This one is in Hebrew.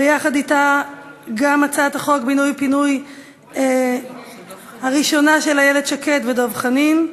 ויחד אתה גם הצעת החוק בינוי ופינוי הראשונה של איילת שקד ודב חנין,